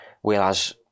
Whereas